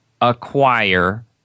acquire